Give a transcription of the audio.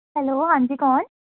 hello ਹਾਂਜੀ ਕੌਣ